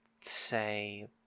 say